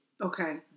Okay